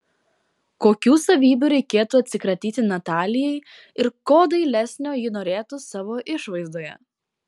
kokių savybių reikėtų atsikratyti natalijai ir ko dailesnio ji norėtų savo išvaizdoje